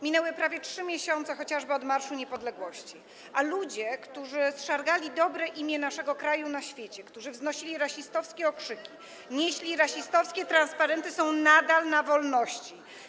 Minęły prawie 3 miesiące chociażby od Marszu Niepodległości, a ludzie, którzy zszargali dobre imię naszego kraju na świecie, którzy wznosili rasistowskie okrzyki, nieśli rasistowskie transparenty, są nadal na wolności.